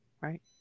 Right